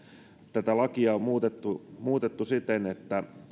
koskevaa lakia on on muutettu muutettu siten että